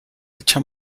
hecha